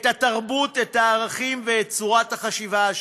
את התרבות, את הערכים ואת צורת החשיבה השונה,